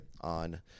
on